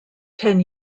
ten